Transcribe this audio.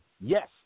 yes